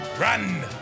Run